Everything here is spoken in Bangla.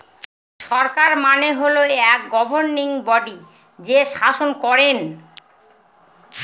সরকার মানে হল এক গভর্নিং বডি যে শাসন করেন